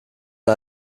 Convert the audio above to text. man